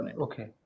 Okay